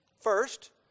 First